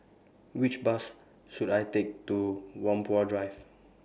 Which Bus should I Take to Whampoa Drive